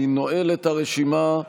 אני נועל את הרשימה.